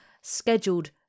scheduled